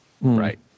Right